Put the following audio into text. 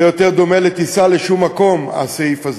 זה יותר דומה לטיסה לשום מקום, הסעיף הזה.